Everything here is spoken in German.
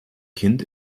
kind